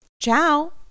Ciao